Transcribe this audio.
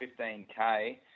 15K